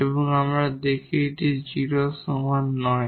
এবং আমরা দেখি যে এটি 0 এর সমান নয়